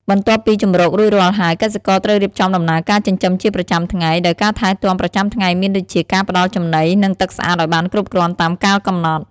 បន្ទាប់ពីជម្រករួចរាល់ហើយ កសិករត្រូវរៀបចំដំណើរការចិញ្ចឹមជាប្រចាំថ្ងៃ ដោយការថែទាំប្រចាំថ្ងៃមានដូចជាការផ្តល់ចំណីនិងទឹកស្អាតឲ្យបានគ្រប់គ្រាន់តាមកាលកំណត់។